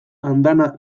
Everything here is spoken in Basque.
andana